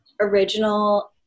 original